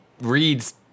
reads